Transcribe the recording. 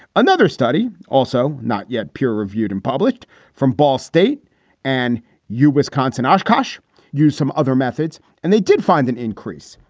another study also not yet peer reviewed and published from ball state and u. wisconsin oshkosh use some other methods and they did find an increase.